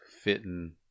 fitting